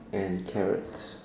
and carrots